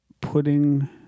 Putting